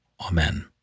Amen